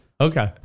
Okay